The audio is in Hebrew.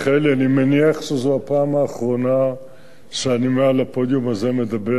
אני מניח שזו הפעם האחרונה שאני מדבר מעל הפודיום הזה כשר,